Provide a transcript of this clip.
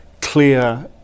clear